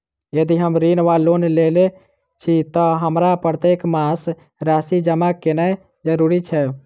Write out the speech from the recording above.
यदि हम ऋण वा लोन लेने छी तऽ हमरा प्रत्येक मास राशि जमा केनैय जरूरी छै?